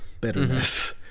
bitterness